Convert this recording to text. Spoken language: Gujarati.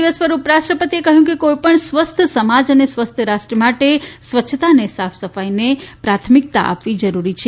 દિવસ પર ઉપરાષ્ટ્રપતિએ કહ્યું કે કોઈપણ સ્વસ્થ સમાજ અને સ્વસ્થ રાષ્ટ્ર માટે સ્વચ્છતા અને સાફસફાઈને પ્રાથમિકતા આપી જરૂરી છે